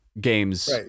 games